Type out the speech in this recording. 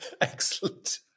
Excellent